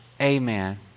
amen